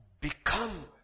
become